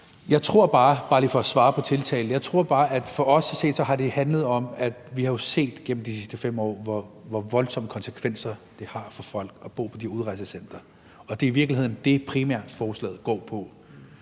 på tiltale – at for os at se har det handlet om, at vi jo igennem de sidste 5 år har set, hvor voldsomme konsekvenser det har for folk at bo på de udrejsecentre. Det er i virkeligheden primært det, forslaget går på.